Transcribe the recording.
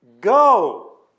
Go